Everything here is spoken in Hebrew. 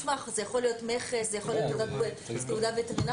מסמך, זה יכול להיות מכס, זה יכול תעודה וטרינרית.